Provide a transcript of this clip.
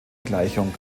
gleichung